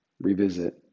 revisit